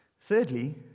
Thirdly